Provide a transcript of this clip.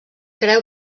creu